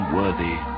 worthy